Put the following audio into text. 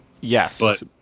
Yes